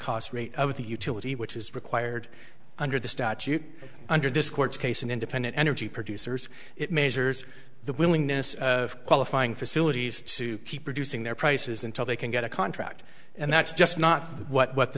cost rate of the utility which is required under the statute under this court's case an independent energy producers it measures the willingness of qualifying facilities to keep reducing their prices until they can get a contract and that's just not what